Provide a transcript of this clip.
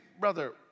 brother